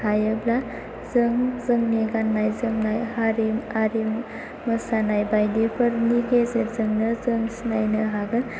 हायोब्ला जों जोंनि गाननाय जोमनाय हारि आरिमु मोसानाय बायदिफोरनि गेजेरजोंनो जों सिनायनो हागोन